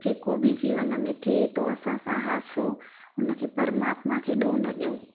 जेको बि जीवन में थिए थो असां सां हादसो हुनखे परमात्मा खे डोह न ॾियूं